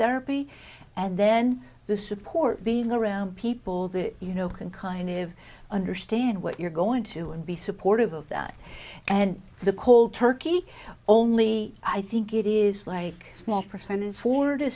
therapy and then the support being around people that you know can kind of understand what you're going to and be supportive of that and the cold turkey only i think it is like a small percentage four to